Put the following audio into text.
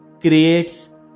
creates